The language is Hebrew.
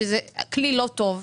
שזה כלי לא טוב,